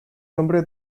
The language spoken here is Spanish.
nombre